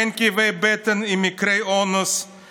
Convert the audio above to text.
ואין כאבי בטן עם מקרי אונס,